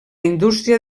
indústria